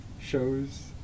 shows